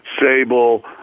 sable